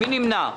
מי נמנע?